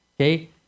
Okay